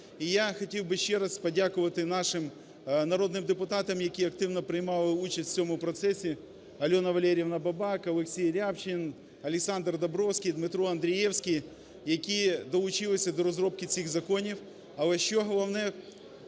І я хотів би ще раз подякувати нашим народним депутатам, які активно приймали участь в цьому процесі –Альона Валеріївна Бабак, Олексій Рябчин, Олександр Домбровський, Дмитро Андрієвський – які долучилися до розробки цих законів. Але що головне,